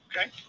Okay